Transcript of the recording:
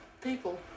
People